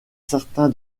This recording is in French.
certains